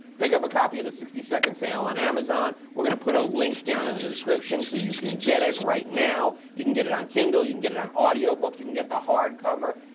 pick up a copy of the sixty second sale on amazon. we're gonna put a link down in the description so you can get it right now. you can get it on kindle, you can get it on audiobook. you can get the hardcover.